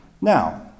Now